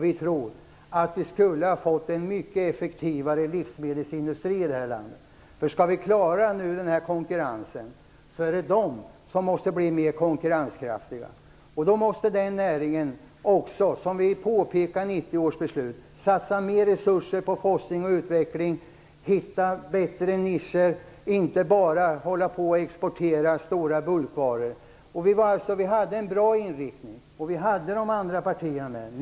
Vi tror speciellt att vi skulle ha fått en mycket mer effektiv livsmedelsindustri i landet. Skall vi klara konkurrensen är det denna som måste bli mer konkurrenskraftig. Som vi påpekade i 1990 års beslut måste den näringen satsa mer resurser på forskning och utveckling, hitta bättre nischer och inte bara exportera stora bulkvaror. Vi hade en bra inriktning på politiken, och de andra partierna var med.